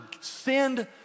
send